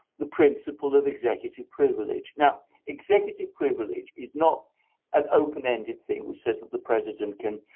the principle of executive privilege. now executive privilege is not an open-ended thing which says that the president can,